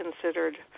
considered